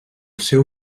seu